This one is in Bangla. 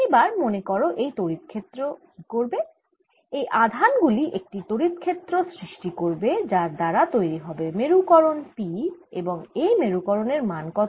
এবার মনে করো এই তড়িৎ ক্ষেত্র কি করবে এই আধান গুলি একটি তড়িৎ ক্ষেত্র সৃষ্টি করবে যার দ্বারা তৈরি হবে মেরুকরণ P এবং এই মেরুকরন এর মান কত